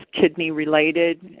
kidney-related